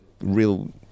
real